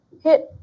hit